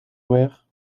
weer